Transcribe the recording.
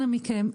אנא מכם,